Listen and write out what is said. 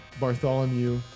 Bartholomew